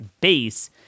base